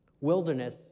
wilderness